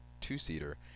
two-seater